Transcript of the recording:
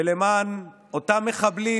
ולאותם מחבלים,